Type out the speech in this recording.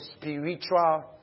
spiritual